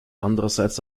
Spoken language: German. andererseits